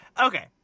Okay